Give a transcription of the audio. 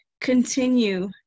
continue